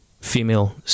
female